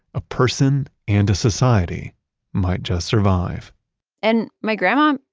a person and a society might just survive and my grandma,